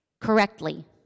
correctly